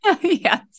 Yes